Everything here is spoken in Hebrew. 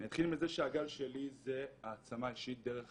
אני אתחיל מזה שהגל שלי זה העצמה אישית דרך